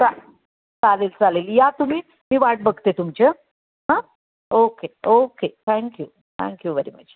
चा चालेल चालेल या तुम्ही मी वाट बघते तुमची हां okay okay thank you thank you very much